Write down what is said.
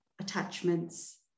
attachments